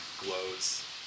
glows